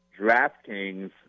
DraftKings